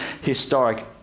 historic